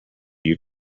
you